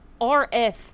RF